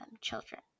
children